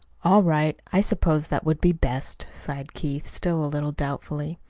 all right. i suppose that would be best, sighed keith, still a little doubtfully.